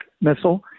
missile